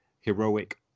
heroic